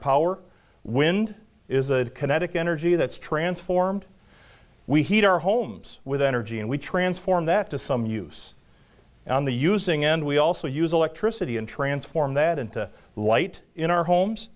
power wind is a kinetic energy that's transformed we heat our homes with energy and we transform that to some use on the using and we also use electricity and transform that into light in our homes